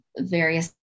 various